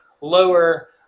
lower